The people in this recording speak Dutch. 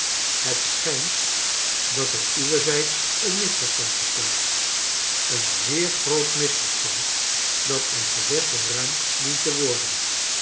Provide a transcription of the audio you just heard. het schijnt dat er uwerzijds een mi sver stand bestaat een zeer groot misverstand dat uit den weg geruimd dient te worden